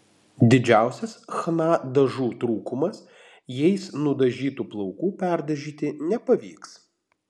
didžiausias chna dažų trūkumas jais nudažytų plaukų perdažyti nepavyks